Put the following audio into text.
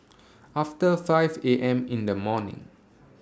after five A M in The morning